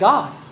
God